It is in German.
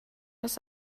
aus